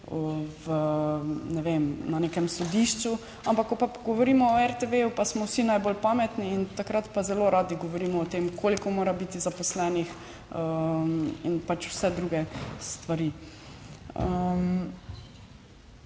na nekem sodišču. Ampak, ko pa govorimo o RTV pa smo vsi najbolj pametni in takrat pa zelo radi govorimo o tem, koliko mora biti zaposlenih in pač vse druge stvari.